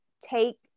take